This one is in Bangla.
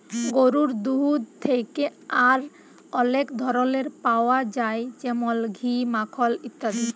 গরুর দুহুদ থ্যাকে আর অলেক ধরলের পাউয়া যায় যেমল ঘি, মাখল ইত্যাদি